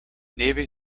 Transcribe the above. navy